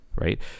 right